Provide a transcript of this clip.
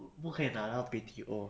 不可以拿到 B_T_O